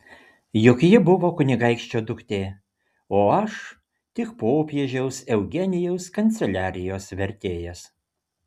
juk ji buvo kunigaikščio duktė o aš tik popiežiaus eugenijaus kanceliarijos vertėjas